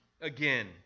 again